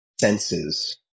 senses